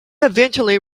eventually